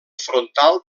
frontal